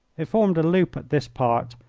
it formed a loop at this part,